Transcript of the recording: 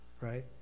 right